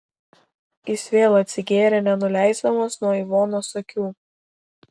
jis vėl atsigėrė nenuleisdamas nuo ivonos akių